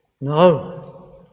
No